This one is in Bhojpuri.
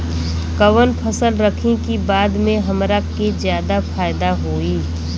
कवन फसल रखी कि बाद में हमरा के ज्यादा फायदा होयी?